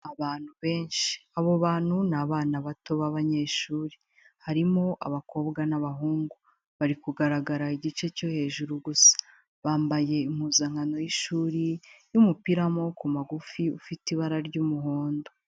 Abantu benshi. Abo bantu ni abana bato b'abanyeshuri. Harimo abakobwa n'abahungu. Bari kugaragara igice cyo hejuru gusa. Bambaye impuzankano y'ishuri y'umupira w'amaboko magufi ufite ibara ry'umuhondo.